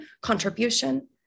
contribution